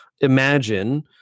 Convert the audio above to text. imagine